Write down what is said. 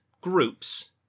groups